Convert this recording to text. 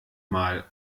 mal